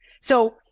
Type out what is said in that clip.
So-